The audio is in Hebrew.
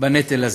בנטל הזה.